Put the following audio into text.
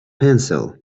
pencil